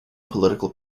political